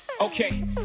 Okay